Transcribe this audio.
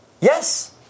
yes